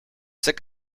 sick